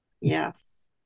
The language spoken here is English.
Yes